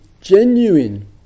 genuine